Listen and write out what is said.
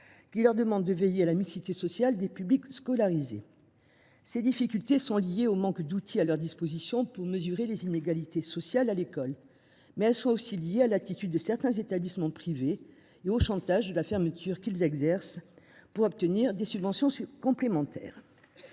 qui leur demande de veiller à la mixité sociale des publics scolarisés. Ces difficultés sont liées au manque d’outils pour mesurer les inégalités sociales à l’école ; mais elles sont aussi dues à l’attitude de certains établissements privés et au chantage à la fermeture que plusieurs d’entre eux exercent pour obtenir des subventions complémentaires.